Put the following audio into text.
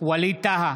ווליד טאהא,